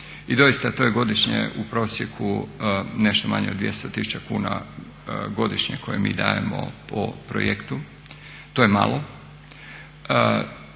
i doista to je godišnje u prosjeku nešto manje od 200 000 kuna godišnje koje mi dajemo po projektu. To je malo.